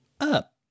up